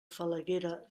falaguera